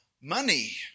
money